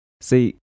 See